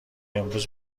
امروز